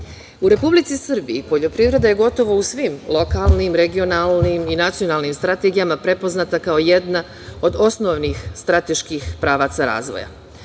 Republici Srbiji poljoprivreda je gotovo u svim lokalnim, regionalnim i nacionalnim strategijama prepoznata kao jedna od osnovnih strateških pravaca razvoja.